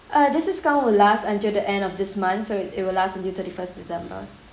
uh this dicount will last until the end of this month so it will last until thirty first december